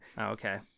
okay